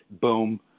boom